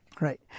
Right